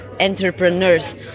entrepreneurs